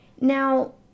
Now